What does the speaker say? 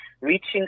reaching